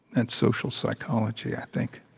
and social psychology, i think.